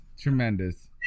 tremendous